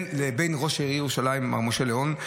לבין ראש העיר ירושלים מר משה לאון,